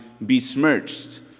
besmirched